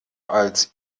als